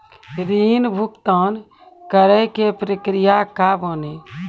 ऋण भुगतान करे के प्रक्रिया का बानी?